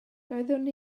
doeddwn